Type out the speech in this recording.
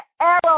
arrow